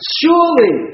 surely